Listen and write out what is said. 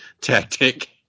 tactic